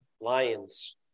lions